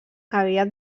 aviat